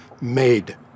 made